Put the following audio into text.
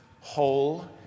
whole